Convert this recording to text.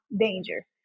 danger